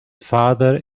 farther